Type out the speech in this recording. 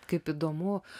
kaip įdomu